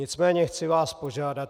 Nicméně chci vás požádat.